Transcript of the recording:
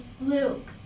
Luke